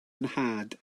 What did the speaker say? nhad